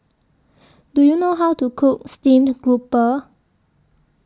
Do YOU know How to Cook Steamed Grouper